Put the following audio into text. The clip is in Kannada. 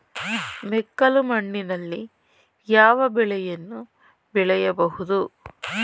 ಮೆಕ್ಕಲು ಮಣ್ಣಿನಲ್ಲಿ ಯಾವ ಬೆಳೆಯನ್ನು ಬೆಳೆಯಬಹುದು?